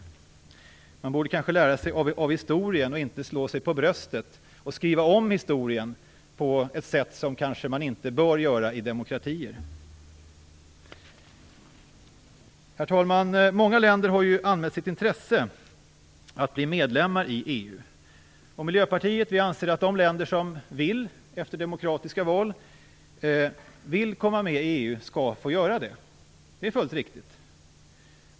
Man borde kanske lära sig av historien och inte slå sig för bröstet och skriva om historien på ett sätt som man kanske inte bör göra i demokratier. Herr talman! Många länder har anmält sitt intresse att bli medlemmar i EU. Miljöpartiet anser att de länder som efter demokratiska val vill komma med i EU skall få göra det. Det är fullt riktigt.